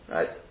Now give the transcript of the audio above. Right